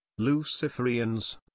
luciferians